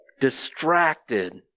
distracted